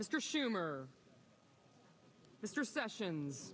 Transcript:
mr schumer mr sessions